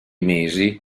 mesi